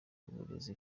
uburezi